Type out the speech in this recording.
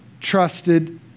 trusted